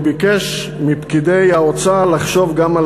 הוא ביקש מפקידי האוצר לחשוב גם על